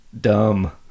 dumb